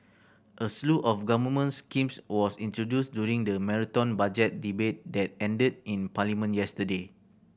a slew of government schemes was introduced during the marathon Budget debate that ended in Parliament yesterday